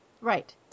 Right